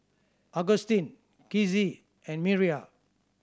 Agustin Kizzie and Miriah